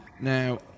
Now